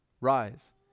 rise